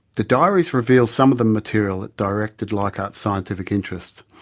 the diaries reveal some of the material that directed leichhardt's scientific interest.